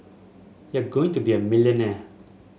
you're going to be a millionaire